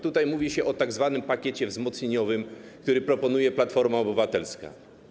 Tutaj mówi się o tzw. pakiecie wzmocnieniowym, który proponuje Platforma Obywatelska.